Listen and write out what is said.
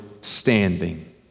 standing